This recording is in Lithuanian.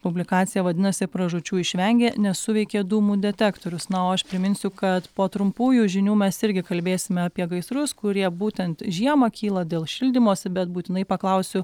publikacija vadinasi pražūčių išvengė nes suveikė dūmų detektorius na o aš priminsiu kad po trumpųjų žinių mes irgi kalbėsime apie gaisrus kurie būtent žiemą kyla dėl šildymosi bet būtinai paklausiu